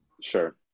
Sure